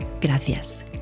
Gracias